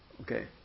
Okay